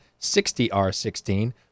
60R16